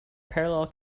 parallel